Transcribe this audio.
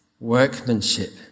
Workmanship